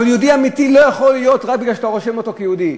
אבל יהודי אמיתי הוא לא יכול להיות רק מפני שאתה רושם אותו כיהודי,